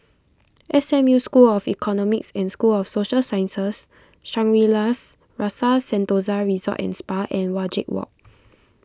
S M U School of Economics and School of Social Sciences Shangri La's Rasa Sentosa Resort and Spa and Wajek Walk